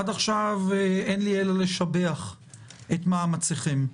עד עכשיו אין לי אלא לשבח את מאמציכם.